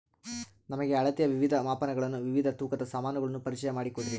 ನಮಗೆ ಅಳತೆಯ ವಿವಿಧ ಮಾಪನಗಳನ್ನು ವಿವಿಧ ತೂಕದ ಸಾಮಾನುಗಳನ್ನು ಪರಿಚಯ ಮಾಡಿಕೊಡ್ರಿ?